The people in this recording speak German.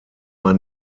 man